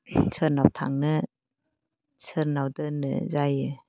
सोरनाव थांनो सोरनाव दोननो जायो